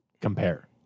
compare